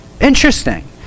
Interesting